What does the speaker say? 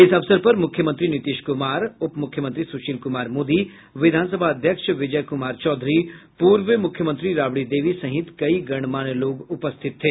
इस अवसर पर मुख्यमंत्री नीतीश कुमार उपमुख्यमंत्री सुशील मोदी विधानसभा अध्यक्ष विजय कुमार चौधरी पूर्व मुख्यमंत्री राबड़ी देवी सहित कई गणमान्य लोग उपस्थित थे